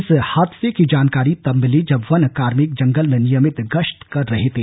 इस हादसे की जानकारी तब मिली जब वन कार्मिक जंगल में नियमित गश्त कर रहे थे